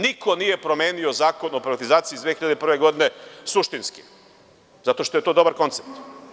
Niko nije promenio Zakon o privatizaciji iz 2001. godine suštinski zato što je to dobar koncept.